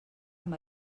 amb